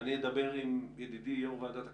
אני אדבר עם ידידי יושב-ראש ועדת הכלכלה.